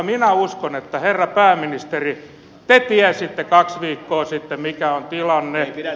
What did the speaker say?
minä uskon herra pääministeri että te tiesitte kaksi viikkoa sitten mikä on tilanne